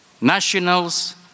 nationals